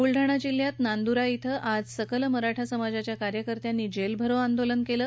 बुलडाणा जिल्हयात नांदुरा इथं आज सकल मराठा समाजाच्या कार्यकर्त्यांनी जेलभरो आंदोलन केलं